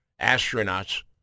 astronauts